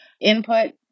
input